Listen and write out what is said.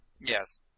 Yes